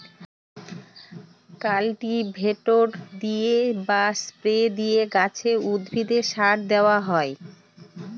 cultivator দিয়ে বা spray দিয়ে গাছে, উদ্ভিদে সার দেওয়া হয়